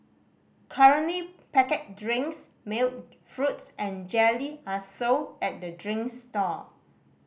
currently packet drinks milk fruits and jelly are sold at the drinks stall